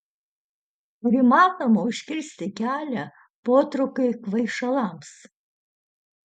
ar įmanoma užkirsti kelią potraukiui kvaišalams